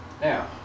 Now